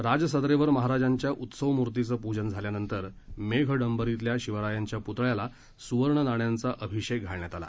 राजसदरेवर महाराजांच्या उत्सव मूर्तीचं पूजन झाल्यानंतर मेघडंबरीतल्या शिवरायांच्या पुतळ्याला सुवर्ण नाण्यांचा अभिषेक घालण्यात आला